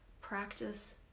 Practice